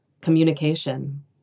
communication